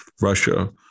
Russia